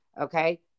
okay